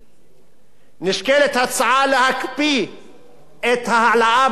נשקלת הצעה להקפיא את ההעלאה בדרגות במשק בכלל,